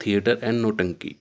theatre and nautanki